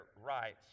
rights